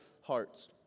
hearts